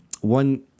One